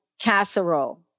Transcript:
casserole